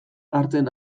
hartzen